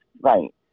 right